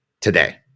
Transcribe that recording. today